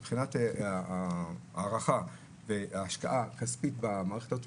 מבחינת ההערכה וההשקעה הכספית במערכת הזאת,